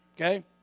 Okay